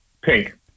Pink